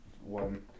one